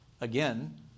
Again